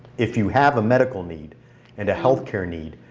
if you have a medical need and a healthcare need,